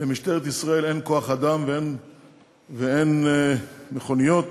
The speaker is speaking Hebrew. למשטרת ישראל אין כוח-אדם ואין מכוניות